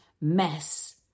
mess